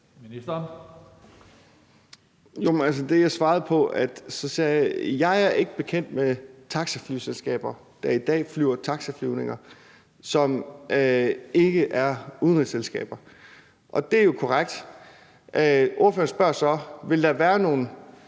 Danielsen): Jeg svarede, at jeg ikke er bekendt med taxaflyselskaber, der i dag flyver taxaflyvninger, som ikke er udenrigsselskaber; det er jo korrekt. Spørgeren spørger så: Vil der være nogle